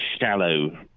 shallow